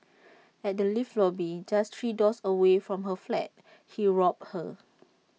at the lift lobby just three doors away from her flat he robbed her